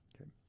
Okay